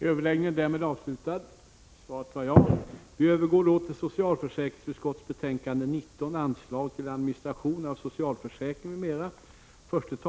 Kammaren övergår nu till att debattera socialförsäkringsutskottets betänkande 19 om anslag till administration av socialförsäkring m.m.